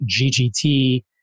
GGT